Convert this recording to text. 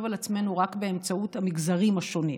על עצמנו רק באמצעות המגזרים השונים,